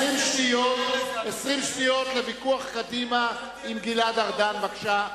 הבעיה של שכחה היא בעיה קשה.